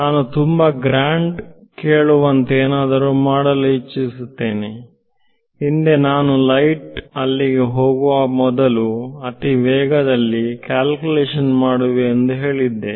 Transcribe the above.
ನಾನು ತುಂಬಾ ಗ್ರಾಂಡ್ ಕೇಳುವಂತೆ ಏನಾದರೂ ಮಾಡಲು ಇಚ್ಚಿಸುತ್ತೇನೆ ಹಿಂದೆ ನಾನು ಲೈಟ್ ಅಲ್ಲಿಗೆ ಹೋಗುವ ಮೊದಲು ಅತಿ ವೇಗದಲ್ಲಿ ಕ್ಯಾಲ್ಕುಲೇಷನ್ ಮಾಡುವೆ ಎಂದು ಹೇಳಿದ್ದೆ